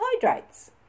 carbohydrates